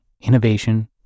innovation